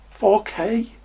4K